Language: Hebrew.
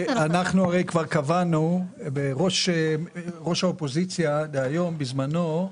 ראש האופוזיציה דהיום בזמנו,